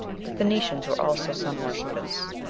the phoenicians were also sun-worshippers.